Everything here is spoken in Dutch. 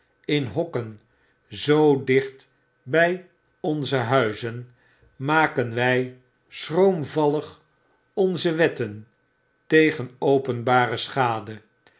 in hokken zoo dicht by onze huizen maken wy schroomvallig onze wetten tegen openbare schade